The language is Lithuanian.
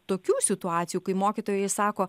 tokių situacijų kai mokytojai sako